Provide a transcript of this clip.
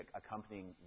accompanying